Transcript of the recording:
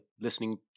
listening